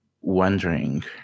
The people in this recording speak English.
wondering